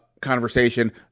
conversation